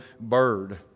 bird